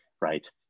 right